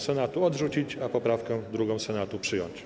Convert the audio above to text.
Senatu odrzucić, a poprawkę 2. Senatu przyjąć.